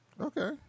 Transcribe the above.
Okay